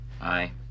Aye